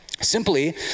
Simply